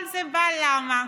כל זה בא למה?